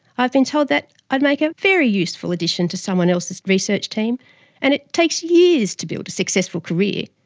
i've been told that i'd make a very useful addition to someone else's research team and that it takes years to build a successful career.